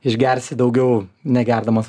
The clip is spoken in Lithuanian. išgersi daugiau negerdamas